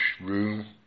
room